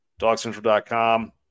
Dogcentral.com